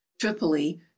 tripoli